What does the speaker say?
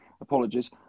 Apologies